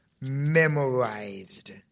memorized